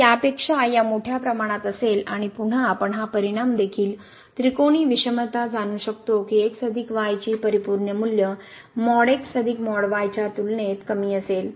तर यापेक्षा या मोठ्या प्रमाणात असेल आणि पुन्हा आपण हा परिणाम देखील त्रिकोणी विषमता जाणू शकतो की ची परिपूर्ण मूल्य च्या तुलनेत कमी असेल